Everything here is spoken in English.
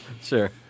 Sure